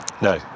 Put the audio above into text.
No